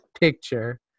picture